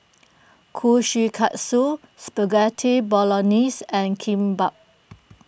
Kushikatsu Spaghetti Bolognese and Kimbap